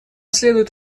следует